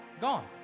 gone